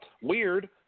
Weird